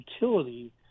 utility